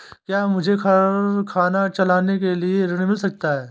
क्या मुझे कारखाना चलाने के लिए ऋण मिल सकता है?